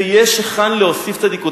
ויש היכן להוסיף צדיקות.